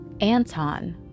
Anton